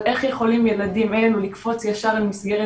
אבל איך יכולים ילדים אלו לקפוץ ישר למסגרת